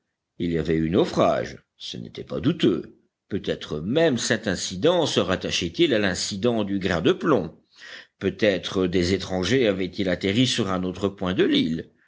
il y avait eu naufrage ce n'était pas douteux peutêtre même cet incident se rattachait il à l'incident du grain de plomb peut-être des étrangers avaient-ils atterri sur un autre point de l'île